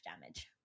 damage